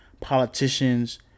politicians